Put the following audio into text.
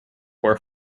were